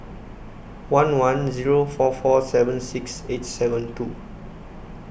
one one Zero four four seven six eight seven two